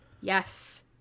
Yes